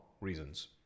reasons